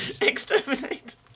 Exterminate